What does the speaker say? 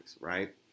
right